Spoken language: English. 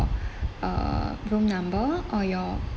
uh room number or your